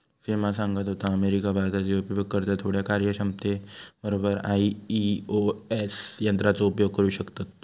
सिमा सांगत होता, अमेरिका, भारताचे उपयोगकर्ता थोड्या कार्यक्षमते बरोबर आई.ओ.एस यंत्राचो उपयोग करू शकतत